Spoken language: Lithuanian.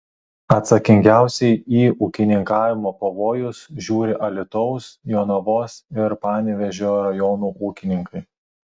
atsakingiausiai į ūkininkavimo pavojus žiūri alytaus jonavos ir panevėžio rajonų ūkininkai